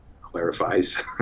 clarifies